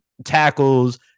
tackles